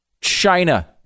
China